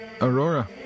Aurora